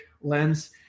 lens